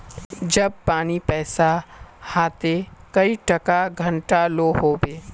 जब पानी पैसा हाँ ते कई टका घंटा लो होबे?